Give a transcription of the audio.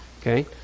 okay